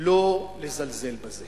לא לזלזל בזה